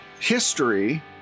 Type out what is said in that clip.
history